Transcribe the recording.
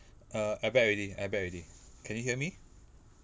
err I back already I back already can you hear me